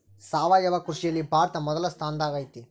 ಸಾವಯವ ಕೃಷಿಯಲ್ಲಿ ಭಾರತ ಮೊದಲ ಸ್ಥಾನದಾಗ್ ಐತಿ